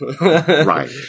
Right